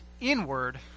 inward